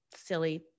silly